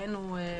בהן הוא פועל,